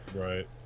right